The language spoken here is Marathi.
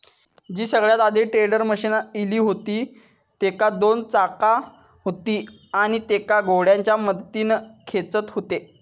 जी सगळ्यात आधी टेडर मशीन इली हुती तेका दोन चाका हुती आणि तेका घोड्याच्या मदतीन खेचत हुते